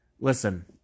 Listen